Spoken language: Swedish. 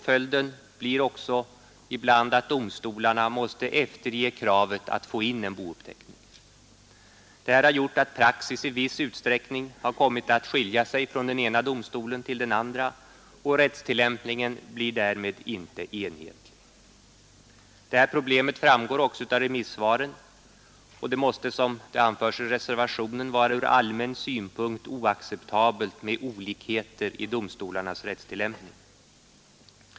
Följden blir också ibland att domstolarna måste efterge kravet att få in en bouppteckning. Det här har 6 december 1972 enhetlig. Problemet framgår också av remissvaren, och det måste, som det gjort att praxis i viss utsträckning har kommit att skilja sig från den ena domstolen till den andra, och rättstillämpningen blir därmed inte Å [ anförs i reservationen, vara ur allmän synpunkt oacceptabelt med uppteckningsplikten olikheter i domstolarnas rättstillämpning.